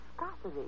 viscosity